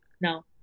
No